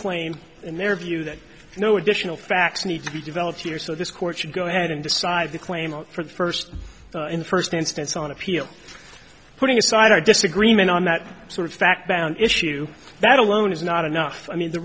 claim in their view that no additional facts need to be developed here so this court should go ahead and decide to claim for the first in the first instance on appeal putting aside our disagreement on that sort of fact bound issue that alone is not enough i mean the